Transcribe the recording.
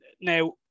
Now